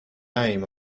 aim